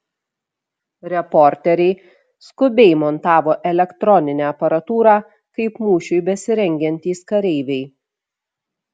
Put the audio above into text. reporteriai skubiai montavo elektroninę aparatūrą kaip mūšiui besirengiantys kareiviai